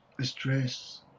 stress